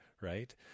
right